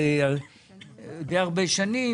ייצור להבי הטורבינה